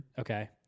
okay